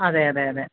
അതെ അതെ അതെ